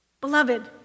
Beloved